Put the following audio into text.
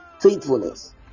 faithfulness